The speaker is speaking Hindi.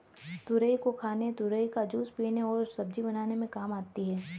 तुरई को खाने तुरई का जूस पीने और सब्जी बनाने में काम आती है